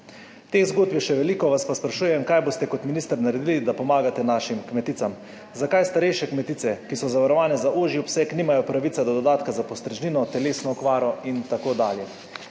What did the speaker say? Teh zgodb je še veliko, vas pa sprašujem: Kaj boste kot minister naredili, da pomagate našim kmeticam? Zakaj starejše kmetice, ki so zavarovane za ožji obseg, nimajo pravice do dodatka za postrežnino, telesno okvaro in tako dalje?